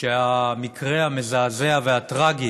שהמקרה המזעזע והטרגי